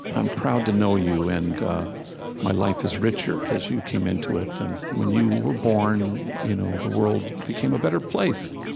i'm proud to know you, and my life is richer because you came into it. and when you were born, you know the world became a better place.